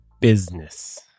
business